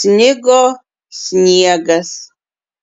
snigo sniegas